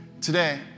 Today